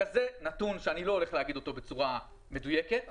זה נתון שני לא הולך לומר אותו בצורה מדויקת כי